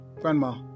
Grandma